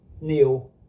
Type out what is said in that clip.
Neil